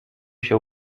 się